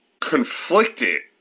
conflicted